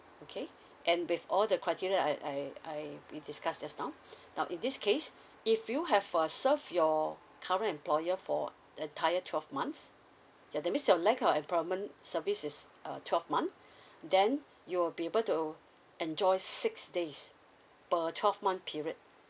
okay and with all the criteria I I I we discussed just now now in this case if you have for serve your current employer for entire twelve months ya that means your length of employment service is uh twelve month then you will be able to enjoy six days per twelve month period